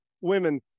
women